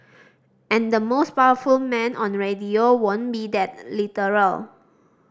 and the most powerful man on radio won't be that literal